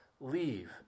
leave